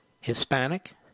Hispanic